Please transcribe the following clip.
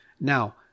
Now